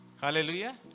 Hallelujah